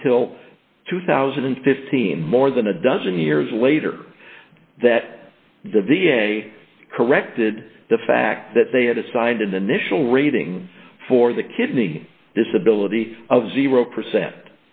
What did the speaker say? until two thousand and fifteen more than a dozen years later that the v a corrected the fact that they had assigned in the national rating for the kidney disability of zero percent